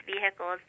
vehicles